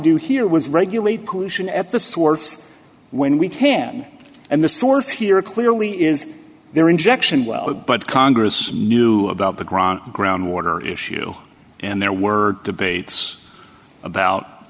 do here was regulate pollution at the source when we can and the source here clearly is their injection well but congress knew about the grand groundwater issue and there were debates about